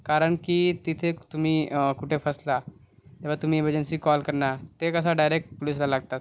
कारण की तिथे तुम्ही कुठे फसला तेव्हा तुम्ही इमर्जन्सी कॉल करता ते कसं डायरेक पुलिसला लागतात